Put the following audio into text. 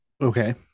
okay